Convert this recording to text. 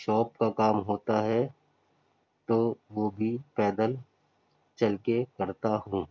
shop کا کام ہوتا ہے تو وہ بھی پیدل چل کے کرتا ہوں